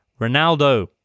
Ronaldo